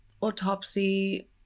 autopsy